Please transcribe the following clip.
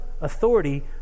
authority